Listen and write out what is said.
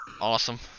awesome